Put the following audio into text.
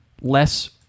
less